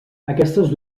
aquestes